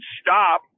stop